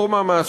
אחרים,